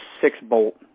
six-bolt